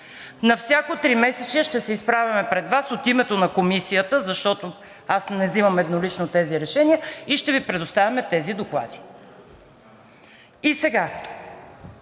на всяко тримесечие ще се изправяме пред Вас от името на Комисията, защото аз не взимам еднолично тези решения, и ще Ви предоставяме тези доклади. Сега,